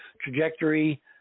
trajectory